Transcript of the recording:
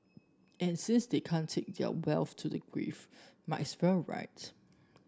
and since they can't take their wealth to the grave might as well right